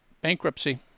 bankruptcy